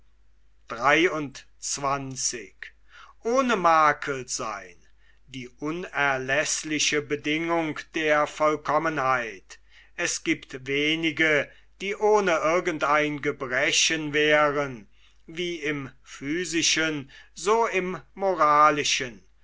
die unerläßliche bedingung der vollkommenheit es giebt wenige die ohne irgend ein gebrechen wären wie im physischen so im moralischen